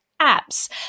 apps